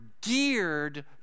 geared